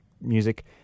music